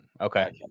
Okay